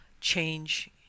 change